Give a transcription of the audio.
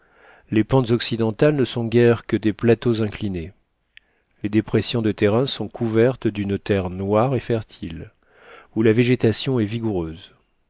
les pentes occidentales ne sont guère que des plateaux inclinés les dépressions de terrain sont couvertes d'une terre noire et fertile où la végétation est vigoureuse